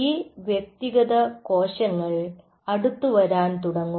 ഈ വ്യക്തിഗത കോശങ്ങൾ അടുത്തു വരാൻ തുടങ്ങും